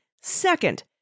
Second